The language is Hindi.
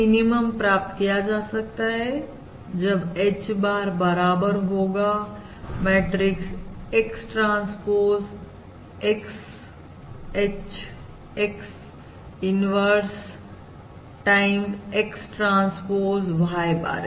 मिनिमम प्राप्त किया जा सकता है जब H bar बराबर होगा matrix X transpose XHX inverse time X transpose Y bar